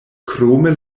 krome